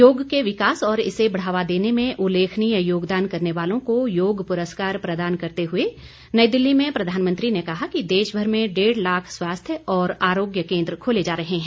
योग के विकास और इसे बढ़ावा देने में उल्लेखनीय योगदान करने वालों को योग पुरस्कार प्रदान करते हुए नई दिल्ली में प्रधानमंत्री ने कहा कि देश भर में डेढ़ लाख स्वास्थ्य और आरोग्य केन्द्र खोले जा रहे हैं